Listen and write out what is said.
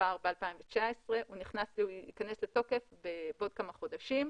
כבר ב-2019 והוא ייכנס לתוקף בעוד כמה חודשים.